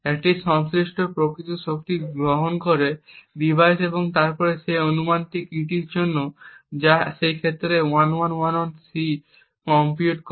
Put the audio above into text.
একটি সংশ্লিষ্ট প্রকৃত শক্তি গ্রহণ করে ডিভাইস এবং তারপর সেই অনুমান করা কীটির জন্য যা এই ক্ষেত্রে 1111 সি কম্পিউট করে